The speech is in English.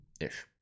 Ish